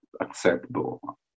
acceptable